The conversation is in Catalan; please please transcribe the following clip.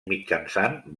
mitjançant